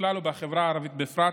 בכלל ובחברה הערבית בפרט.